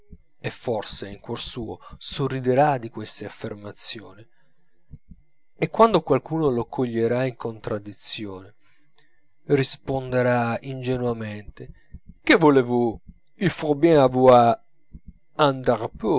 e forse in cuor suo sorriderà di queste affermazioni e quando qualcuno lo coglierà in contraddizione risponderà ingenuamente que voulez vous il faut bien avoir